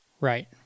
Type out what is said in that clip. Right